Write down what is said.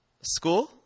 school